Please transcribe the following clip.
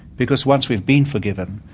because once we've been forgiven,